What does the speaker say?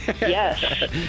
Yes